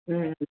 ம்